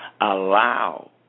allow